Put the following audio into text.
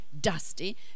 dusty